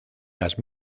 las